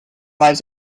lives